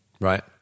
right